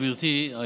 גברתי,